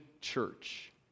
church